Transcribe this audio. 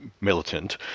militant